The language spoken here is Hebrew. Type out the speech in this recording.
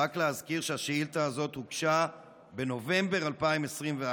רק להזכיר שהשאילתה הזאת הוגשה בנובמבר 2021,